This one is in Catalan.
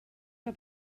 una